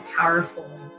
powerful